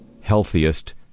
healthiest